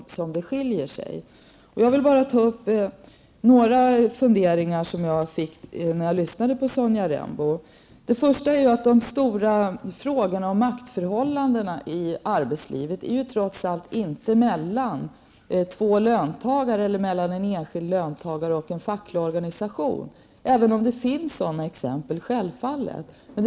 Jag vill ta upp några funderingar som jag hade när jag lyssnade på Sonja Rembo. För det första gäller de stora frågorna om maktförhållanden i arbetslivet inte förhållandet mellan två löntagare eller mellan en enskild löntagare och en facklig organisation, även om det självfallet finns sådana exempel.